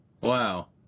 Wow